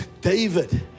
David